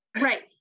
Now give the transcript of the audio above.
Right